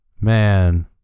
Man